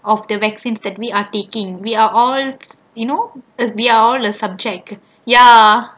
of the vaccines that we are taking we are all you know we are all the subject ya